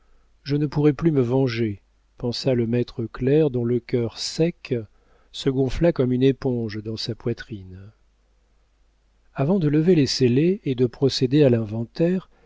je ne pourrais plus me venger pensa le maître clerc dont le cœur sec se gonfla comme une éponge dans sa poitrine avant de lever les scellés et de procéder à l'inventaire il